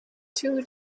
two